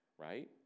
Right